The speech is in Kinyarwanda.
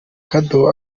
kodo